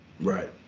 right